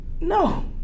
No